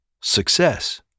success